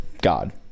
god